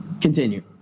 continue